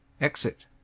Exit